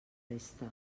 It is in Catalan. resta